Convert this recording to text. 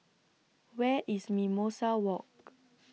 Where IS Mimosa Walk